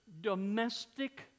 domestic